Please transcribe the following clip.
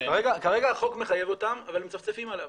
כרגע החוק מחייב אותם, אבל הם מצפצפים עליו.